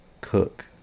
cook